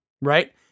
right